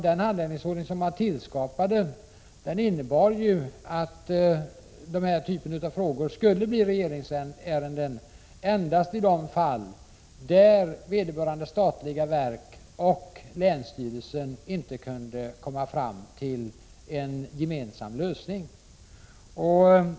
Den handläggningsordning som man tillskapade innebar att denna typ av frågor skulle bli regeringsärenden endast i de fall då vederbörande statliga verk och länsstyrelsen inte kunde komma fram till en gemensam lösning.